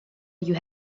you